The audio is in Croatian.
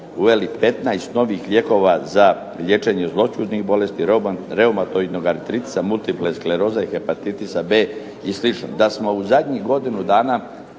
uveli 15 novih lijekova za liječenje zloćudnih bolesti, reumatoidnog artritisa, multiple skleroze i hepatitisa B i slično. Da smo u zadnjih godinu dana